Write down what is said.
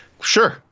sure